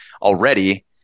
already